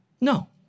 No